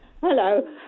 Hello